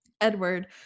edward